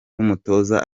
n’umutoza